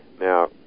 Now